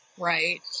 right